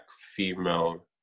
female